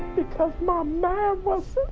because my man